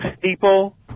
people